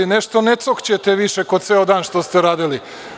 Nešto ne cokćete više ko ceo dan što ste radili.